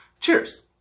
Cheers